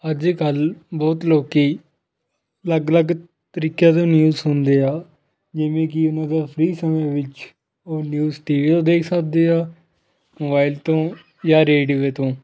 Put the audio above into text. ਅੱਜ ਕੱਲ ਬਹੁਤ ਲੋਕ ਅਲੱਗ ਅਲੱਗ ਤਰੀਕਿਆਂ ਦੇ ਨਿਊਜ਼ ਸੁਣਦੇ ਆ ਜਿਵੇਂ ਕਿ ਉਹਨਾਂ ਦਾ ਫਰੀ ਸਮੇਂ ਵਿੱਚ ਉਹ ਨਿਊਜ਼ ਟੀ ਵੀ ਤੋਂ ਦੇਖ ਸਕਦੇ ਆ ਮੋਬਾਈਲ ਤੋਂ ਜਾਂ ਰੇਡੂਏ ਤੋਂ